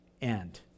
end